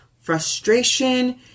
frustration